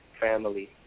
family